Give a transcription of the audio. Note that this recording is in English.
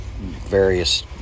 various